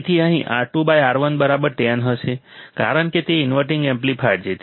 તેથી અહીં તે R2 R 1 10 હશે કારણ કે તે ઇન્વર્ટિંગ એમ્પ્લીફાયર છે